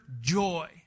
joy